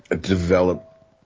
Develop